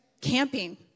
camping